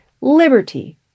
liberty